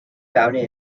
founded